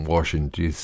Washington